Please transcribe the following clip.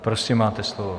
Prosím, máte slovo.